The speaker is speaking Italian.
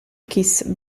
kiss